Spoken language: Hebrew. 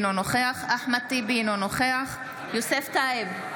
אינו נוכח אחמד טיבי, אינו נוכח יוסף טייב,